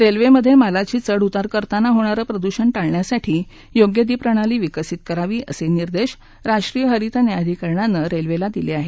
रेल्वेमधे मालाची चढ उतार करताना होणारं प्रदुषण टाळण्यासाठी योग्य ती प्रणाली विकसित करावी असे निर्देश राष्ट्रीय हरित न्यायाधिकरणानं रेल्वेला दिले आहेत